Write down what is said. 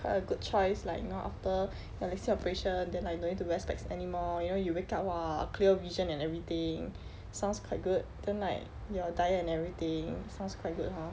quite a good choice like you know after your lasik operation then like no need to wear specs anymore you know you wake up !wah! clear vision and everything sounds quite good then like your diet and everything sounds quite good hor